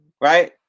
Right